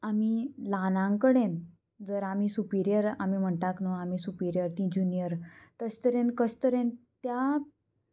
आमी ल्हानां कडेन जर आमी सुपिरियर आमी म्हणटात न्हू आमी सुपिरियर तीं जुनियर तशे तरेन कशे तरेन त्या